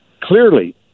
Clearly